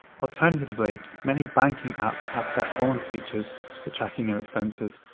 alternatively, many banking apps have their own features for tracking your expenses.